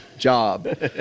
job